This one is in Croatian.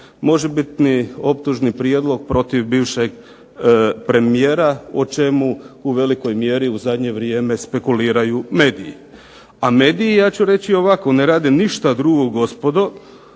možebitni optužni prijedlog protiv bivšeg premijera o čemu u velikoj mjeri u zadnje vrijeme spekuliraju mediji. A mediji, ja ću reći ovako, ne rade ništa drugo gospodo